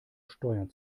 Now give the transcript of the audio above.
steuern